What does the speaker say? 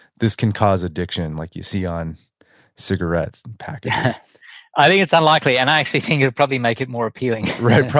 this can cause addiction, like you see on cigarettes packages i think it's unlikely and i actually think it would probably make it more appealing right.